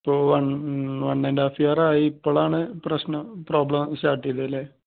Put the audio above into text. ഇപ്പോൾ one one and half ഇയറായി ഇപ്പോളാണ് പ്രശ്നം പ്രോബ്ലം സ്റ്റാർ ചെയ്തത് അല്ലേ